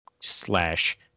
slash